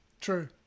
True